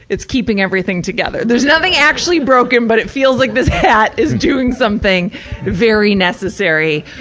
it's keeping everything together. there's nothing actually broken, but it feels like this hat is doing something very necessary.